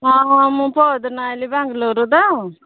ହଁ ହଁ ମୁଁ ପଅରଦିନ ଆସିଲି ବେଙ୍ଗାଲୋରରୁ ତ